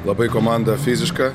labai komanda fiziška